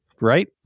right